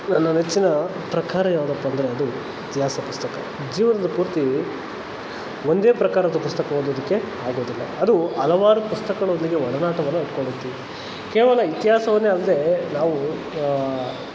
ನನ್ನ ನೆಚ್ಚಿನ ಪ್ರಕಾರ ಯಾವುದಪ್ಪ ಅಂದರೆ ಅದು ಇತಿಹಾಸ ಪುಸ್ತಕ ಜೀವನದಲ್ಲಿ ಪೂರ್ತಿ ಒಂದೇ ಪ್ರಕಾರದ ಪುಸ್ತಕ ಓದೋದಕ್ಕೆ ಆಗೋದಿಲ್ಲ ಅದು ಹಲವಾರು ಪುಸ್ತಕಗಳೊಂದಿಗೆ ಒಡನಾಟವನ್ನು ಇಟ್ಕೊಂಡಿರ್ತೀವಿ ಕೇವಲ ಇತಿಹಾಸವನ್ನೇ ಅಲ್ಲದೆ ನಾವು